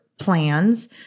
plans